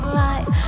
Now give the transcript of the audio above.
life